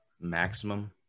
Maximum